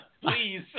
please